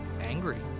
angry